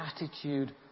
attitude